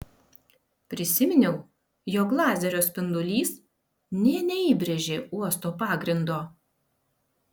prisiminiau jog lazerio spindulys nė neįbrėžė uosto pagrindo